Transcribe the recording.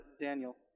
Daniel